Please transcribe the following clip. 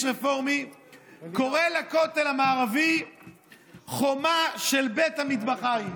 איש רפורמי קורא לכותל המערבי "חומה של בית המטבחיים".